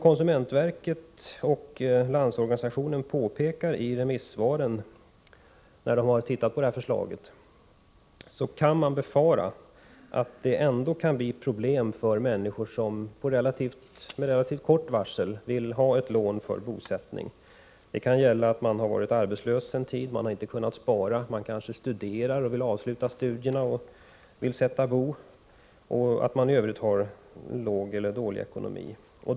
Konsumentverket och LO påpekar dock i sina remissvar att det ändå kan befaras bli problem för människor som med relativt kort varsel vill ha ett lån för bosättning. Man kan ha varit arbetslös en tid och därför inte har kunnat spara, man kanske studerar och vill avsluta studierna och sätta bo, och man kan av andra orsaker ha en dålig ekonomi.